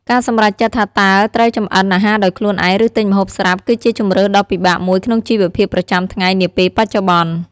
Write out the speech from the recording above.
ការសម្រេចចិត្តថាតើត្រូវចម្អិនអាហារដោយខ្លួនឯង ឬទិញម្ហូបស្រាប់ គឺជាជម្រើសដ៏ពិបាកមួយក្នុងជីវភាពប្រចាំថ្ងៃនាពេលបច្ចុប្បន្ន។